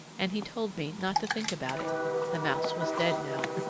and he told me not to think about it the mouse was dead now.